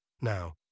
Now